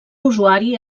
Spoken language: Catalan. usuari